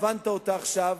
הבנת אותה עכשיו,